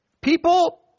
people